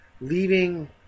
leaving